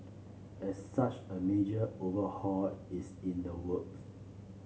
as such a major overhaul is in the works